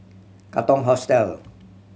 Katong Hostel